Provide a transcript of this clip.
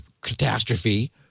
catastrophe